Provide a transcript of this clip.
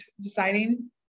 deciding